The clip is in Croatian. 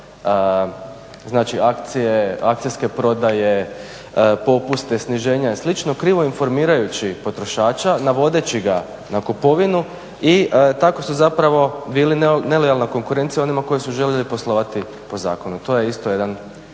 znači akcije, akcijske prodaje, popuste, sniženja i slično, krivo informirajući potrošača navodeći ga na kupovinu i tako su zapravo bili nelojalna konkurencija onima koji su željeli poslovati po zakonu. To je isto jedan